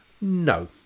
No